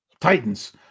Titans